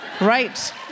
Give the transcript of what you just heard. Right